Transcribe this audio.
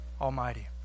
Almighty